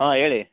ಹಾಂ ಹೇಳಿ